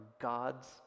God's